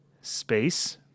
space